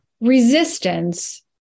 resistance